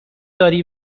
داری